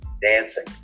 dancing